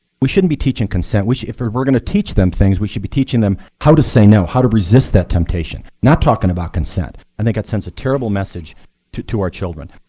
we shouldn't be teaching consent. if ah we're going to teach them things we should be teaching them how to say no, how to resist that temptation not talking about consent. i think it sends a terrible message to to our children.